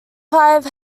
five